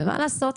מה-לעשות,